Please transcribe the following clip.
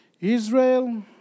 Israel